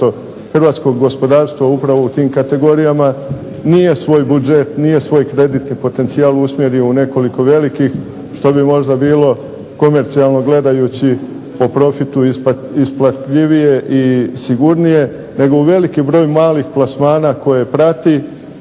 hrvatskog gospodarstva upravo u tim kategorijama, nije svoj budžet, nije svoj kreditni potencijal usmjerio u nekoliko velikih, što bi možda bilo komercijalno gledajući po profitu isplatljivije i sigurnije, nego u veliki broj malih plasmana koje prati i gdje prati